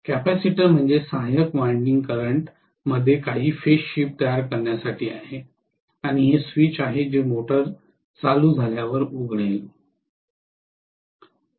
capacitor म्हणजे सहाय्यक winding current मध्ये काही फेज शिफ्ट तयार करण्यासाठी आहे आणि हे स्विच आहे जे मोटार चालू झाल्यावर उघडेल